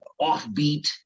offbeat